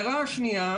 שנית,